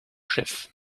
chef